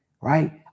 Right